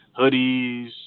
hoodies